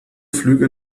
flüge